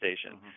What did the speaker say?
station